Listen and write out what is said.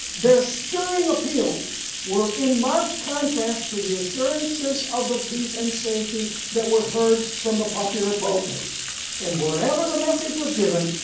there stirring appeals were in marked contrast to the assurances of the peace and safety that were heard from the popular pulpits and wherever the message was given,